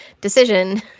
decision